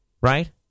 right